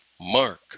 Mark